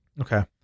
Okay